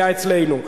היה אצלנו.